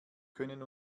können